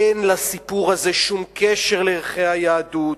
אין לסיפור הזה שום קשר לערכי היהדות.